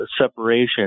separation